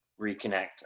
reconnect